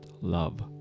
love